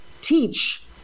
teach